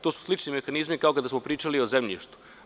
To su slični mehanizmi kao kada smo pričali o zemljištu.